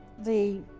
the